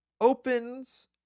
opens